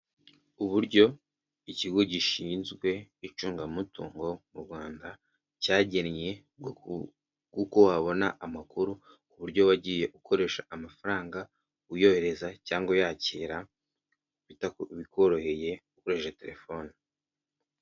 Uburyo ikigo gishinzwe icungamutungo mu Rwanda cyagennye kuko wabona amakuru ku buryo wagiye ukoresha amafaranga uyohereza cyangwa uyakira bigahita bikworoheye ukoresheje telefoni.